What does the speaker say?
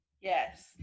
Yes